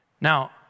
Now